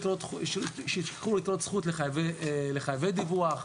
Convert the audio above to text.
שחרור יתרות זכות לחייבי דיווח.